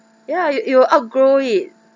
ya you you will outgrow it